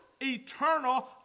eternal